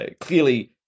clearly